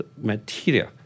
material